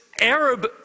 Arab